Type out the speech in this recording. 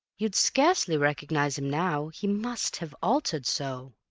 you'd scarcely recognize him now, he must have altered so.